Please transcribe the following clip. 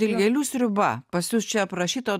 dilgėlių sriuba pas jus čia aprašyta